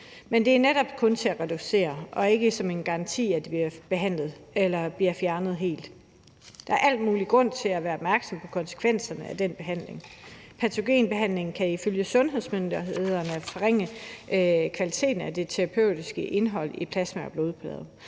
Men det er netop kun til at reducere og ikke en garanti for, at det bliver fjernet helt. Der er al mulig grund til at være opmærksom på konsekvenserne af den behandling. Patogenbehandlingen kan ifølge sundhedsmyndighederne forringe kvaliteten af det terapeutiske indhold i plasma og blodplader.